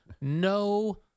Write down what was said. No